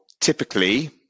typically